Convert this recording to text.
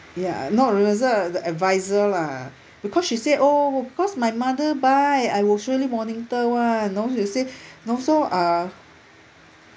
ya not real the adviser lah because she said oh cause my mother buy I will surely monitor [one] know she'll say also uh